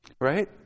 Right